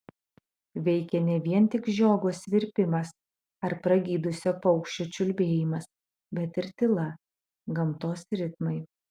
veikė ne vien tik žiogo svirpimas ar pragydusio paukščio čiulbėjimas bet ir tyla gamtos ritmai